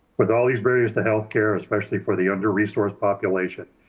with all these barriers to healthcare, especially for the under-resourced population,